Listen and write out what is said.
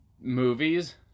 movies